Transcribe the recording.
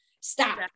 stop